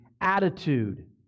attitude